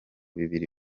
bibiri